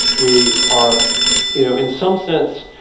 we are you know in some sense,